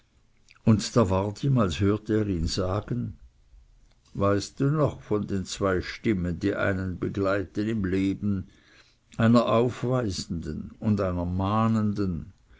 und da ward ihm als hörte er ihn sagen weißt du noch von den zwei stimmen die einen begleiten im leben einer aufweisenden und einer mahnenden